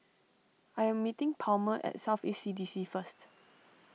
I am meeting Palmer at South East C D C first